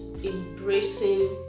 embracing